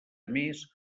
més